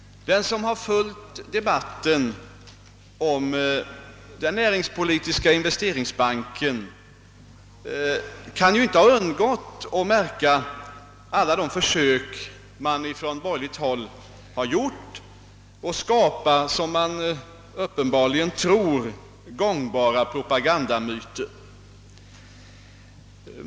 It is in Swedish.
| Den som har följt debatten om den näringspolitiska investeringsbanken kan inte ha undgått att märka alla försök som från borgerligt håll gjorts att skapa som man uppenbarligen tror — gångbara propagandamyter.